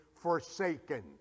forsaken